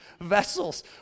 vessels